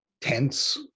tense